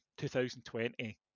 2020